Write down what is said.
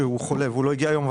שחולה ולא הגיע היום,